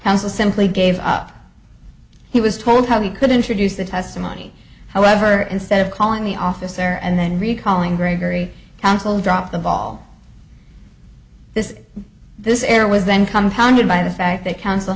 counsel simply gave up he was told how he could introduce the testimony however instead of calling the officer and then recalling gregory counsel dropped the ball this this error was then compounded by the fact that coun